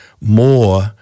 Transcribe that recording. more